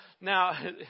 now